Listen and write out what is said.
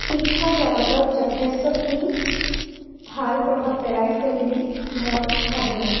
শিক্ষা জগতত যথেষ্টখিনি ভাল প্ৰভাৱ পেলাইছে বুলি মই ভাবোঁ